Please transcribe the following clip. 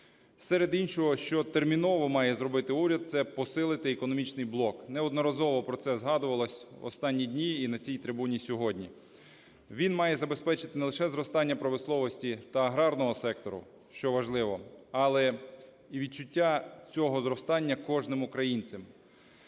Серед іншого, що терміново має зробити уряд, це посилити економічний блок. Неодноразово про це згадувалось в останні дні, і на цій трибуні сьогодні. Він має забезпечити не лише зростання промисловості та аграрного сектору, що важливо, але і відчуття цього зростання кожним українцем.